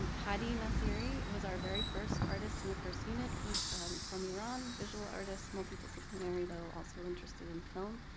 hadi nasiri was our very first artist in the first unit. he's from iran visual artist multidisciplinary, though also interested in film.